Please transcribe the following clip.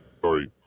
Sorry